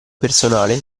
personale